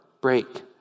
break